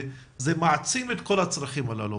זה מעצים את כל הצרכים הללו.